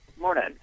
Morning